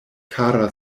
kara